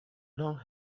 long